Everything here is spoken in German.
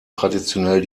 traditionell